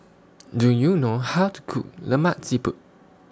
Do YOU know How to Cook Lemak Siput